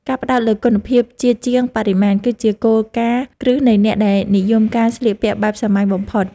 ការផ្តោតលើគុណភាពជាជាងបរិមាណ គឺជាគោលការណ៍គ្រឹះនៃអ្នកដែលនិយមការស្លៀកពាក់បែបសាមញ្ញបំផុត។